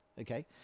Okay